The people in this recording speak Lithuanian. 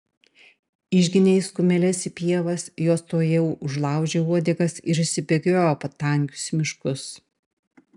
išginė jis kumeles į pievas jos tuojau užlaužė uodegas ir išsibėgiojo po tankius miškus